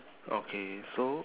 okay so